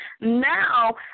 Now